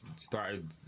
started